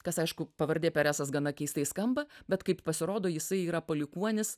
kas aišku pavardė peresas gana keistai skamba bet kaip pasirodo jisai yra palikuonis